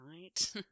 right